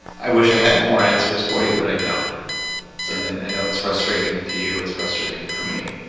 i wish i had more answers for you, but i don't say and and i know it's frustrating to you. it's frustrating for me.